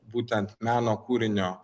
būtent meno kūrinio